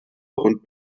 und